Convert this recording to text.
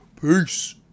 Peace